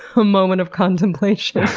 a moment of contemplation.